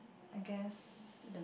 I guess